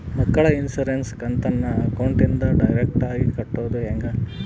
ಮಕ್ಕಳ ಇನ್ಸುರೆನ್ಸ್ ಕಂತನ್ನ ಅಕೌಂಟಿಂದ ಡೈರೆಕ್ಟಾಗಿ ಕಟ್ಟೋದು ಹೆಂಗ?